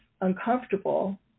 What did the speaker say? uncomfortable